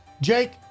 Jake